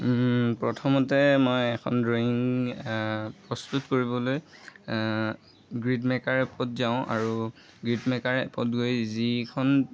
প্ৰথমতে মই এখন ড্ৰয়িং প্ৰস্তুত কৰিবলৈ গ্ৰীড মেকাৰ এপত যাওঁ আৰু গ্ৰীড মেকাৰ এপত গৈ যিখন